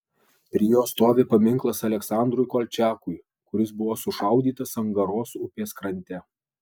prie jo stovi paminklas aleksandrui kolčiakui kuris buvo sušaudytas angaros upės krante